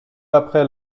après